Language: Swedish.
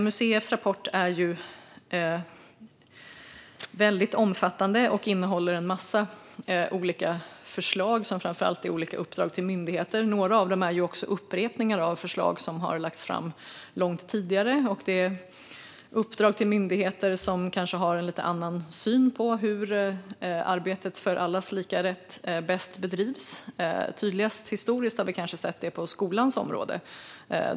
MUCF:s rapport är ju väldigt omfattande och innehåller en massa olika förslag, framför allt om att ge olika uppdrag till myndigheter. Några av dem är också upprepningar av förslag som har lagts fram långt tidigare. Det är uppdrag till myndigheter som kanske har en lite annorlunda syn på hur arbetet för allas lika rätt bäst bedrivs. Historiskt har vi tydligast sett det på skolans område.